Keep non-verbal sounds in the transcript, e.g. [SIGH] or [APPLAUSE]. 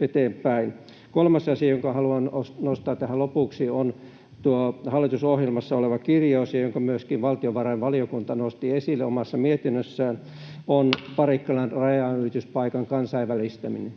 eteenpäin. Kolmas asia, jonka haluan nostaa tähän lopuksi, on tuo hallitusohjelmassa oleva kirjaus, jonka myöskin valtiovarainvaliokunta nosti esille omassa mietinnössään, [NOISE] eli Parikkalan rajanylityspaikan kansainvälistäminen.